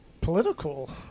political